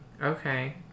Okay